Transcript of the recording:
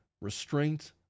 restraint